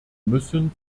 müssen